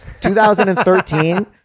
2013